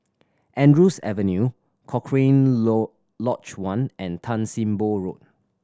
Andrews Avenue Cochrane Lodge One and Tan Sim Boh Road